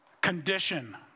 condition